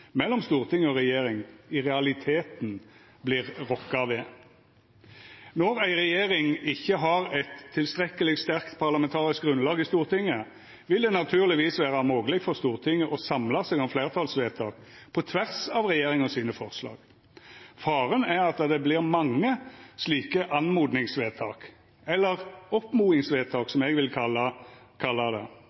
mellom storting og regjering i realiteten vert rokka ved. Når ei regjering ikkje har eit tilstrekkeleg sterkt parlamentarisk grunnlag i Stortinget, vil det naturlegvis vera mogleg for Stortinget å samla seg om fleirtalsvedtak på tvers av forslaga frå regjeringa. Faren er at det blir mange slike «anmodningsvedtak», eller oppmodingsvedtak, som eg vil kalla det